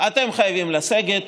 אתם חייבים לסגת